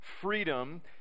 freedom